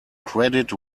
credit